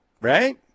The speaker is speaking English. right